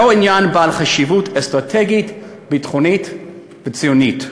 זהו עניין בעל חשיבות אסטרטגית, ביטחונית וציונית.